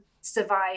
survive